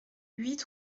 huit